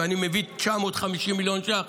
ואני מביא 950 מיליון ש"ח,